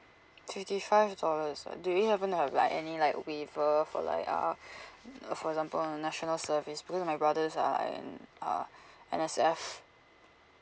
fifty five dollars ah do you happen have like any like waiver for like uh for example national service because my brothers are in are N_S_F